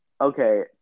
Okay